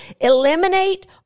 eliminate